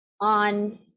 on